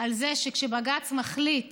על זה שכשבג"ץ מחליט